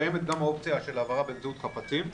קיימת גם האופציה של העברה באמצעות חפצים,